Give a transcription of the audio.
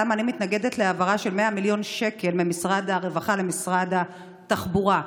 למה אני מתנגדת להעברה של 100 מיליון שקל ממשרד הרווחה למשרד התחבורה.